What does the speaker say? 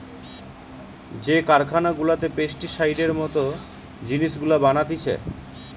যে কারখানা গুলাতে পেস্টিসাইডের মত জিনিস গুলা বানাতিছে